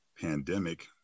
pandemic